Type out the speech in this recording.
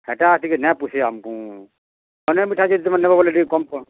ହେଟା ଟିକେ ନାଇ ପୁଷେ ଆମ୍କୁ ଅନ୍ୟ ମିଠା ଯଦି ତମେ ନେବ ବେଲେ ଟିକେ କମ୍ ପଡ଼୍ବା